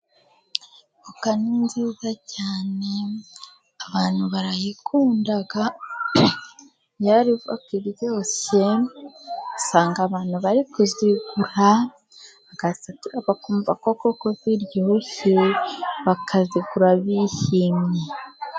Voka ni nziza cyane, abantu barayikunda pe! Iyo ari voka iryoshye, usanga abantu bari kuzigura, bagasatura bakumva ko koko ziryoshye, bakazigura bishimye.